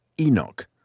Enoch